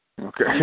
Okay